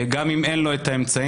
גם אם אין לו את האמצעים.